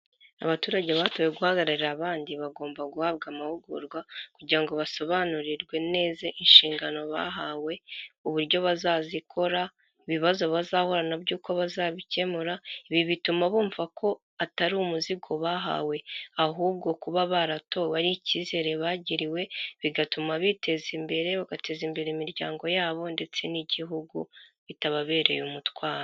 Abaturage batowe guhagararira abandi, bagomba guhabwa amahugurwa kugira ngo basobanurirwe neza inshingano bahawe uburyo bazazikora, ibibazo bazahura na byo n'uko bazabikemura, ibi bituma bumva ko atari umuzigo bahawe ahubwo kuba baratowe ari icyizere bagiriwe bigatuma biteza imbere, bagateza imbere imiryango yabo ndetse n'igihugu bitababereye umutwaro.